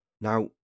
Now